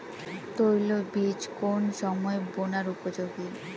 তৈল বীজ কোন সময় বোনার উপযোগী?